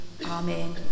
Amen